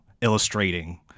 illustrating